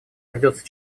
придется